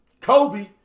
Kobe